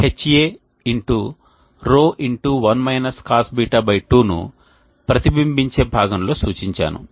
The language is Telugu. ρ 1 - Cosβ 2 ను ప్రతిబింబించే భాగం లో సూచించాను